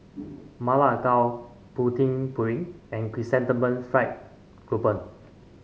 Ma Lai Gao Putu Piring and Chrysanthemum Fried Grouper